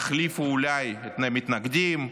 אולי יחליפו את המתנגדים,